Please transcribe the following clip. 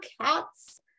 cats